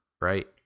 right